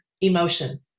emotion